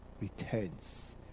returns